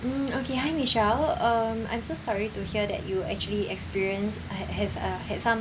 mm okay hi michelle um I'm so sorry to hear that you actually experienced h~ has a had some